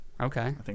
Okay